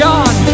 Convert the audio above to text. God